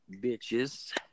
bitches